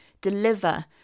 deliver